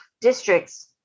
districts